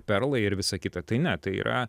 perlai ir visa kita tai ne tai yra